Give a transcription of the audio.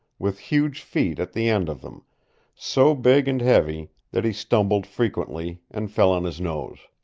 with huge feet at the end of them so big and heavy that he stumbled frequently, and fell on his nose.